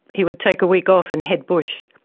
he would take a week off and head bush.